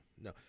no